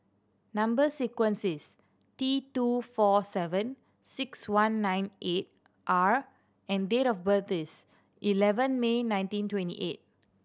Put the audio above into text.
number sequence is T two four seven six one nine eight R and date of birth is eleven May nineteen twenty eight